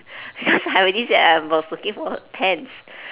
because I already said I was looking for a pens